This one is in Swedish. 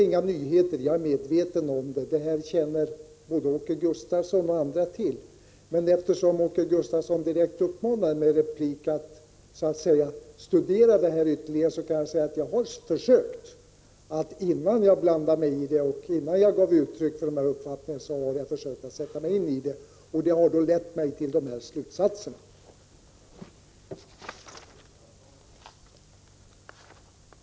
Jag är medveten om att detta inte är några nyheter. Både Åke Gustavsson och andra känner till det. Men eftersom Åke Gustavsson i en replik direkt uppmanade mig att studera dessa frågor ytterligare vill jag säga att jag, innan jag gick uppi debatten och gav uttryck för mina uppfattningar, har försökt att sätta mig in i frågorna. Jag har då kommit fram till de slutsatser som jag redovisat.